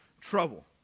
trouble